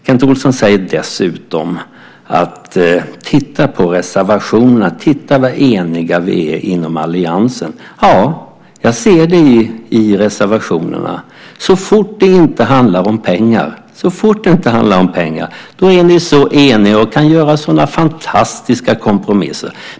Kent Olsson säger dessutom: Titta på reservationerna! Titta vad eniga vi är inom alliansen! Ja, jag ser det i reservationerna. Så fort det inte handlar om pengar är ni så eniga och kan göra sådana fantastiska kompromisser.